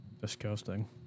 disgusting